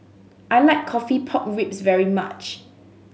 I like coffee pork ribs very much